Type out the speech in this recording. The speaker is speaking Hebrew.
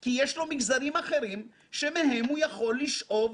כי יש לו מגזרים אחרים שמהם הוא יכול לשאוב